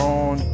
on